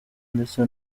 ndetse